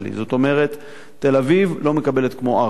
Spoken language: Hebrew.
זאת אומרת, תל-אביב לא מקבלת כמו ערד.